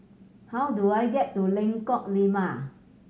how do I get to Lengkok Lima